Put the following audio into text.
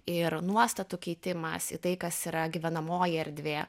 ir nuostatų keitimas į tai kas yra gyvenamoji erdvė